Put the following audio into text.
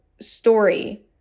story